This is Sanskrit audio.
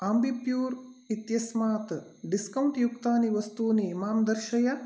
आम्बिप्यूर् इत्यस्मात् डिस्कौण्ट् युक्तानि वस्तूनि मां दर्शय